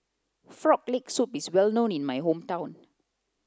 frog leg soup is well known in my hometown